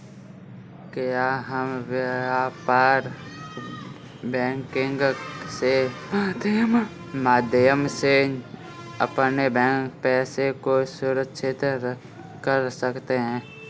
क्या हम व्यापार बैंकिंग के माध्यम से अपने पैसे को सुरक्षित कर सकते हैं?